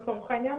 לצורך העניין.